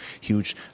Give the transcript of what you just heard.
huge